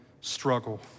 struggle